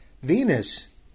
Venus